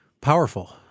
Powerful